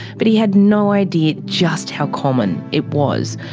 but he had no idea just how common it was.